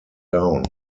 down